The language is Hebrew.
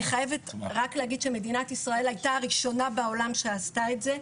אני חייבת רק להגיד שמדינת ישראל הייתה הראשונה בעולם שעשתה את זה.